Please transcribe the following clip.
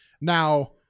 Now